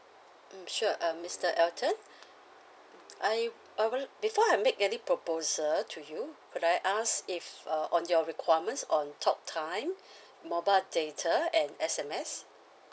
um sure uh mister elton I I before I make any proposal to you could I ask if err on your requirements on talk time mobile data and S_M_S